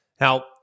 Now